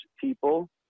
people